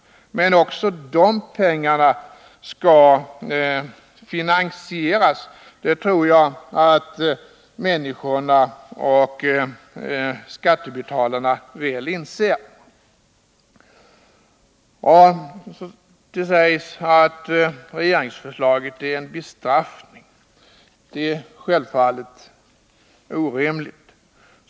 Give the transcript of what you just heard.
Men också de pengarna måste finansieras — det tror jag att skattebetalarna väl inser. Det sägs att regeringsförslaget är en bestraffning. Det är självfallet orimligt.